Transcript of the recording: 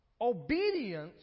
Obedience